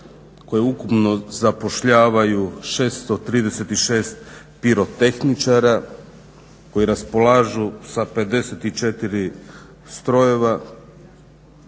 koje ukupno zapošljavaju 636 pirotehničara koji raspolažu sa 54 strojeva